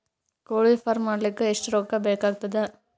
ಕೋಳಿ ಫಾರ್ಮ್ ಮಾಡಲಿಕ್ಕ ಎಷ್ಟು ರೊಕ್ಕಾ ಬೇಕಾಗತದ?